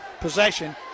possession